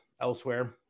elsewhere